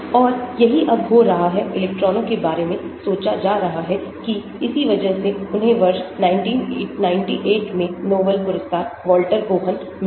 और यही अब हो रहा है इलेक्ट्रॉनों के बारे में सोचा जा रहा है कि इसी वजह से उन्हें वर्ष 1998 में नोबेल पुरस्कार वाल्टर कोहन मिला